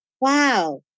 Wow